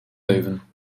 leuven